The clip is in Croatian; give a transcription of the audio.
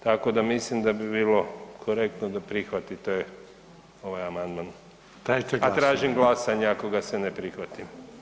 Tako da mislim da bi bilo korektno da prihvatite ovaj amandman [[Upadica Reiner: Tražite glasovanje?]] A tražim glasanje ako ga se ne prihvati.